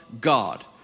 God